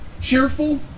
cheerful